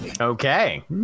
Okay